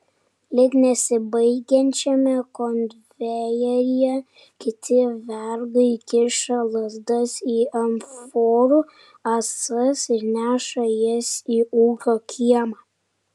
lyg nesibaigiančiame konvejeryje kiti vergai kiša lazdas į amforų ąsas ir neša jas į ūkio kiemą